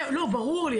לא, ברור לי.